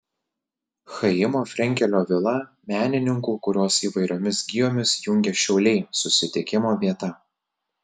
chaimo frenkelio vila menininkų kuriuos įvairiomis gijomis jungia šiauliai susitikimo vieta